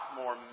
more